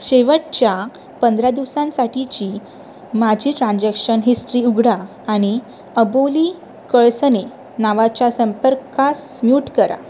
शेवटच्या पंधरा दिवसांसाठीची माझी ट्रान्झॅक्शन हिस्ट्री उघडा आणि अबोली कळसने नावाच्या संपर्कास म्यूट करा